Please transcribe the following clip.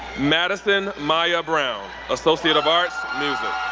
madison maya brown, associate of arts, music.